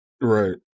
Right